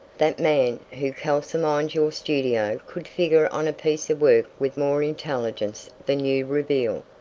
that man who calcimines your studio could figure on a piece of work with more intelligence than you reveal.